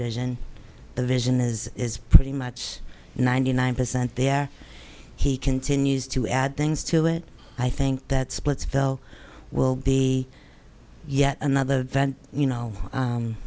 vision the vision is is pretty much ninety nine percent there he continues to add things to it i think that splitsville will be yet another event you know